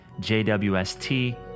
JWST